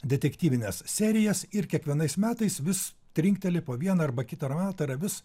detektyvines serijas ir kiekvienais metais vis trinkteli po vieną arba kitą romaną tai yra vis